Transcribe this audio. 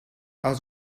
els